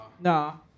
No